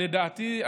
לדעתי,